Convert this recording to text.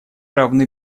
равны